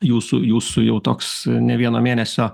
jūsų jūsų jau toks ne vieno mėnesio